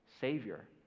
Savior